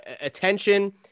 attention